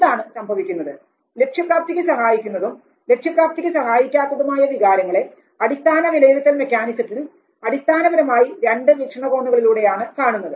എന്താണ് സംഭവിക്കുന്നത് ലക്ഷ്യപ്രാപ്തിക്ക് സഹായിക്കുന്നതും ലക്ഷ്യപ്രാപ്തിക്ക് സഹായിക്കാത്തതുമായ വികാരങ്ങളെ അടിസ്ഥാന വിലയിരുത്തൽ മെക്കാനിസത്തിൽ അടിസ്ഥാനപരമായി രണ്ടു വീക്ഷണകോണിലൂടെയാണ് കാണുന്നത്